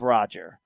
Roger